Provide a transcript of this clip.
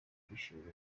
kwishimana